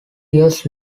years